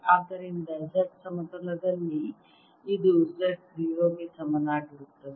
ಆದ್ದರಿಂದ Z ಸಮತಲದಲ್ಲಿ ಇದು Z 0 ಗೆ ಸಮನಾಗಿರುತ್ತದೆ